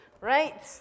Right